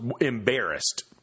embarrassed